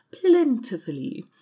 plentifully